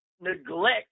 neglect